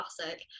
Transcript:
classic